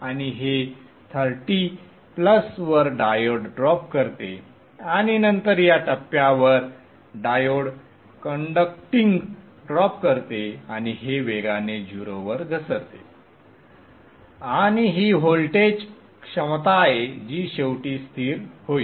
आणि हे 30 प्लस वर डायोड ड्रॉप करते आणि नंतर या टप्प्यावर डायोड कंडक्टिंग ड्रॉप करते आणि हे वेगाने 0 वर घसरते आणि ही व्होल्टेज क्षमता आहे जी शेवटी स्थिर होईल